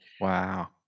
Wow